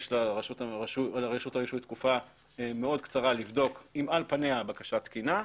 לרשות הרישוי יש תקופה מאוד קצרה לבדוק אם על פניה הבקשה תקינה,